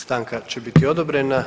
Stanka će biti odobrena.